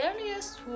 earliest